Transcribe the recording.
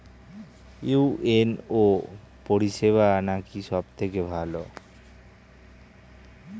UNO পরিসেবা নাকি সব থেকে ভালো?